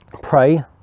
pray